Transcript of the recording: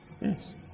Yes